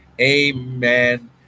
amen